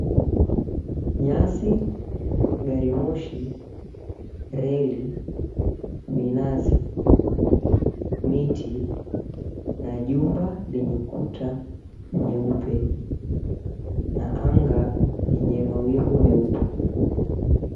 Nyasi, garimoshi, reli, minazi, miti na jumba lenye kuta nyeupe na anga yenye mawingu meupe.